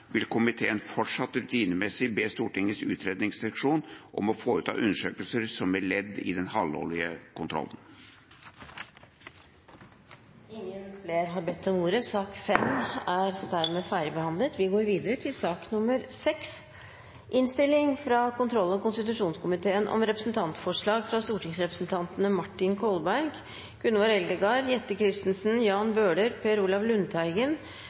vil komiteen fortsatt rutinemessig be Stortingets utredningsseksjon om å foreta undersøkelser som et ledd i den halvårlige kontrollen. Flere har ikke bedt om ordet til sak nr. 5. Jeg har gleden av å legge fram en enstemmig innstilling fra kontroll- og konstitusjonskomiteen om